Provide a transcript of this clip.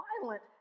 violent